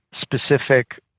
specific